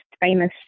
famous